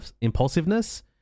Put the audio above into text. impulsiveness